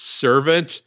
servant